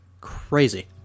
Crazy